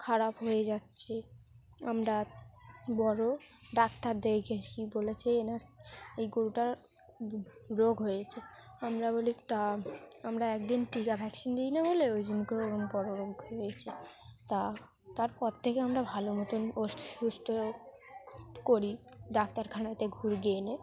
খারাপ হয়ে যাচ্ছে আমরা বড় ডাক্তার দেখিয়েছি বলেছে এনার এই গরুটার রোগ হয়েছে আমরা বলি তা আমরা একদিন টিকা ভ্যাকসিন দিই না বলে ওই জন্য করে করে ওইরকম বড় রোগ হয়েছে তা তারপর থেকে আমরা ভালো মতন ও সুস্থ করি ডাক্তারখানাতে ঘুরিয়ে এনে